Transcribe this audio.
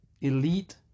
elite